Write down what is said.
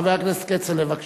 חבר הכנסת כצל'ה, בבקשה.